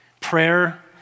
prayer